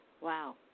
Wow